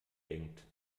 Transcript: denkt